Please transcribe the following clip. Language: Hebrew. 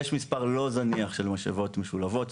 יש מספר לא זניח של משאבות משולבות,